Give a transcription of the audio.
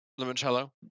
limoncello